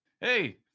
Hey